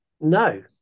no